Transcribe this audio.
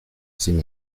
sin